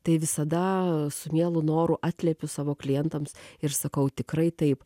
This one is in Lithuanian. tai visada su mielu noru atliepiu savo klientams ir sakau tikrai taip